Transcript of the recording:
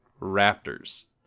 raptors